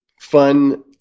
fun